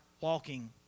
walking